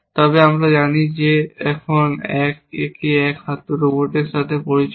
তবে আমরা জানি যে এখন এই এক হাত রোবটের সাথে পরিচিত